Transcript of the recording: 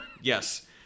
Yes